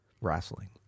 wrestling